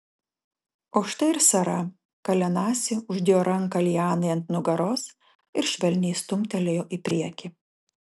o štai ir sara kalenasi uždėjo ranką lianai ant nugaros ir švelniai stumtelėjo į priekį